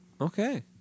Okay